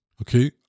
okay